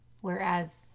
whereas